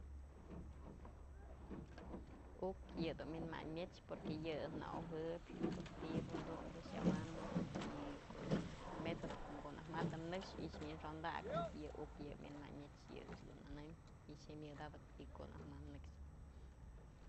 Uk yë dun wi'in mayn mëchyë porque yë në ojëbyë ko'o tibë dumbë yawanëp y ko'o dun met'sëp në ko'o naj ma të nëkxë y wi'inxondakëp uk yë wi'in mayn mëchyë yë ëch dun nënëm jyamyëdatëp në ko'o najma nëkxë.